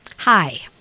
Hi